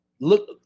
Look